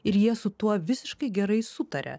ir jie su tuo visiškai gerai sutaria